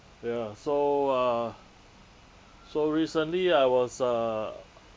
ya so uh so recently I was uh